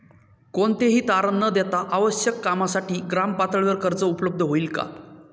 कोणतेही तारण न देता आवश्यक कामासाठी ग्रामपातळीवर कर्ज उपलब्ध होईल का?